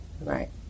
right